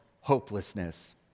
hopelessness